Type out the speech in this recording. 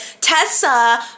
Tessa